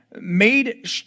made